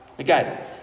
Okay